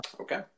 Okay